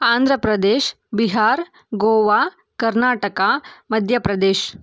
Andhra Pradesh Bihar Goa Karnataka Madhya Pradesh